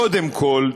קודם כול,